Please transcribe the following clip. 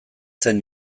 zen